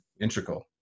integral